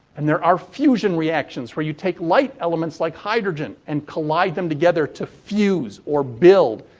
and there are fusion reactions, where you take light elements, like hydrogen, and collide them together to fuse, or build,